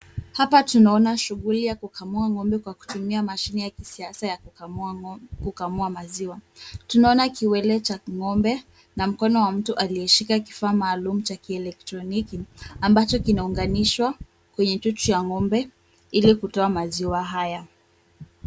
Hapa tunaona shughuli ya kukamua ng'ombe kwa kutumia mashine ya kisasa ya kukamua maziwa. Tunaona kiwele cha ng'ombe na mkono wa mtu aliyeshika kifaa maalum cha kielektroniki ambacho kinaunganishwa kwenye chuchu ya ng'ombe ili kutoa maziwa haya.